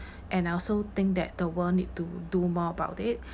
and I also think that the world need to do more about it